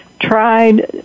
tried